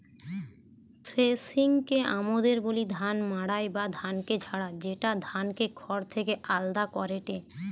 থ্রেশিংকে আমদের বলি ধান মাড়াই বা ধানকে ঝাড়া, যেটা ধানকে খড় থেকে আলদা করেটে